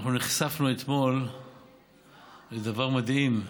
אנחנו נחשפנו אתמול לדבר מדהים,